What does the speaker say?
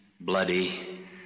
bloody